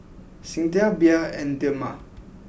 Singtel Bia and Dilmah